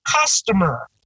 customer